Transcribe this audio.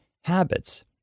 habits